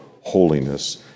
holiness